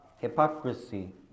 hypocrisy